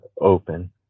open